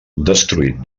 destruït